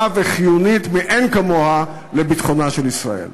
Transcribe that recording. וחיוניים מאין כמוהם לביטחונה של ישראל.